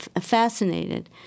fascinated